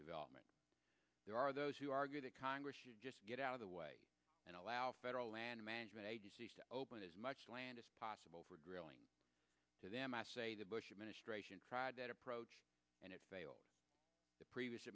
development there are those who argue that congress should get out of the way and allow federal land management open as much land as possible for drilling to them i say the bush administration tried that approach and it failed the previous